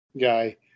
guy